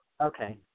Okay